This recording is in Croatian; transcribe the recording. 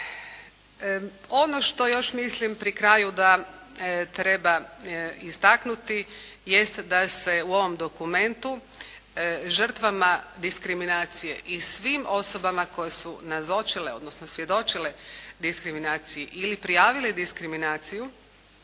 Ono što još mislim pri kraju da treba istaknuti jest da se u ovom dokumentu žrtvama diskriminacije i svim osobama koje su nazočile odnosno svjedočile diskriminaciji ili prijavile diskriminaciju,